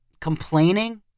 complaining